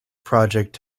project